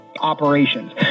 operations